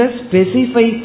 specify